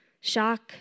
shock